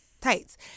tights